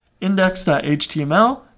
index.html